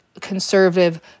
conservative